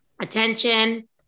attention